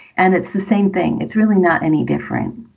and it's the same thing. it's really not any different